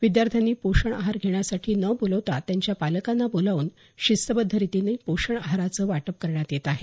विद्यार्थ्यांनी पोषण आहार घेण्यासाठी न बोलावता पालकांना बोलवून शिस्तबद्ध रितीनं पोषण आहाराचं वाटप करण्यात येत आहे